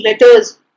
letters